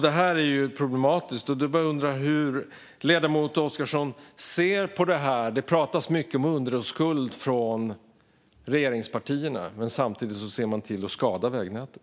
Detta är problematiskt. Jag undrar hur ledamoten Oscarsson ser på detta. Det pratas mycket om underhållsskuld från regeringspartierna, men samtidigt ser de till att skada vägnätet.